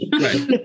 Right